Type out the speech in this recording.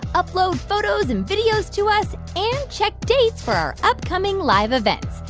upload photos and videos to us and check dates for our upcoming live events.